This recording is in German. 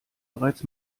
bereits